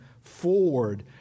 forward